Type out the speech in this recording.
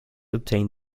obtain